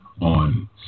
on